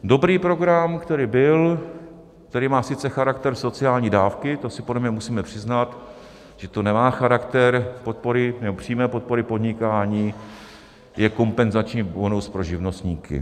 Dobrý program, který byl, který má sice charakter sociální dávky, to si podle mě musíme přiznat, že to nemá charakter podpory nebo přímé podpory podnikání, je kompenzační bonus pro živnostníky.